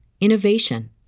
innovation